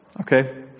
Okay